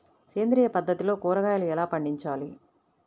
సేంద్రియ పద్ధతిలో కూరగాయలు ఎలా పండించాలి?